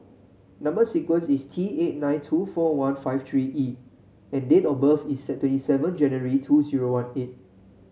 number sequence is T eight nine two four one five three E and date of birth is twenty seven January two zero one eight